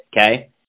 Okay